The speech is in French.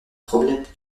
problème